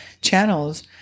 channels